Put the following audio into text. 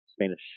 Spanish